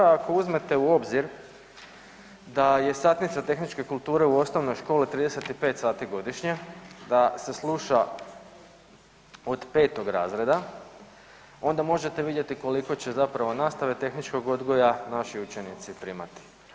Ako uzmete u obzir da je satnica tehnička kulture u osnovnoj školi 35 sati godišnje da se sluša od 5. razreda onda možete vidjeti koliko će zapravo nastave tehničkog odgoja naši učenici primati.